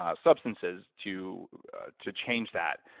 ah substances to to change that.